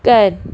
kan